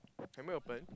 can we open